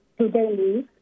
today